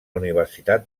universitat